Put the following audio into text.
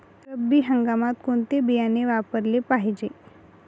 रब्बी हंगामात कोणते बियाणे वापरले पाहिजे?